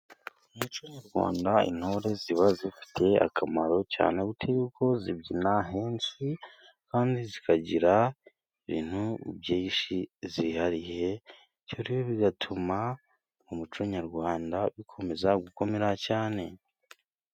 Umuco nyarwanda intore ziba zifiti akamaro cyane, bitewe nuko zibyina henshi, kandi zikagira ibintu byinshi zihariye, rero bigatuma mu muco nyarwanda zikomeza gukomera cyane.